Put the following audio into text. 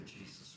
Jesus